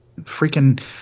freaking